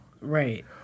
Right